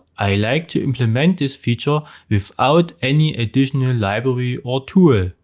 i like to implement this feature without any additional library or tool.